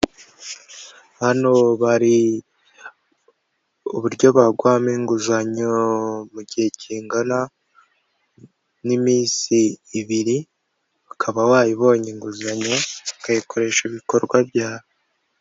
Hano bari uburyo baguhamo inguzanyo mu gihe kingana n'iminsi ibiri, ukaba wayibonye inguzanyo, ukayikoresha ibikorwa byawe.